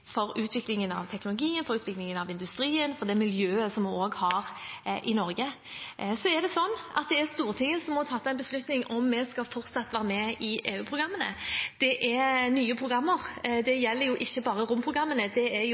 for utviklingen av teknologien, for utviklingen av industrien og for det miljøet som vi også har i Norge. Så er det slik at det er Stortinget som må fatte en beslutning om vi fortsatt skal være med i EU-programmene. Det er nye programmer. Det gjelder ikke bare romprogrammene, det er jo